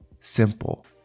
simple